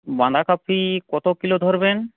বাঁধাকপি কত কিলো ধরবেন